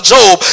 Job